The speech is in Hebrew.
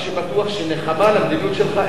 מה שבטוח שנחמה על המדיניות שלך,